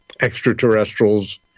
extraterrestrials